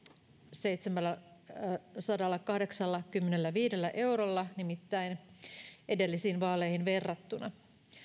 seitsemälläsadallakahdeksallakymmenelläviidellä eurolla nimittäin edellisiin vaaleihin verrattuna